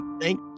Thank